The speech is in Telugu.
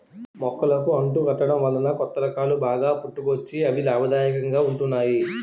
మొక్కలకు అంటు కట్టడం వలన కొత్త రకాలు బాగా పుట్టుకొచ్చి అవి లాభదాయకంగా ఉంటున్నాయి